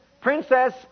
princess